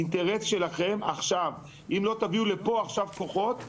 האינטרס שלכם הוא להביא לפה הרבה יותר כוחות ועכשיו,